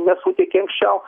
nesuteikė anksčiau